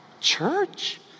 Church